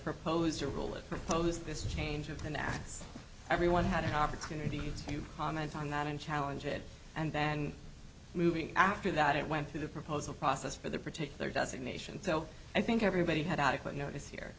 proposed rule proposed this change of the nats everyone had an opportunity to comment on that and challenge it and then moving after that it went through the proposal process for their particular destination so i think everybody had adequate notice here